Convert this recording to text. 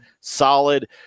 Solid